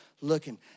Looking